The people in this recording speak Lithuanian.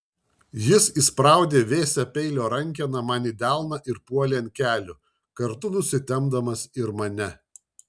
jis įspraudė vėsią peilio rankeną man į delną ir puolė ant kelių kartu nusitempdamas ir mane